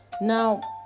now